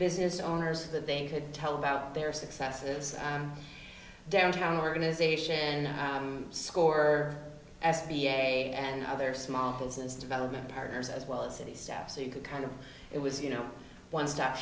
business owners that they could tell about their successes and downtown organization and score s b a and other small business development partners as well as city step so you could kind of it was you know one stop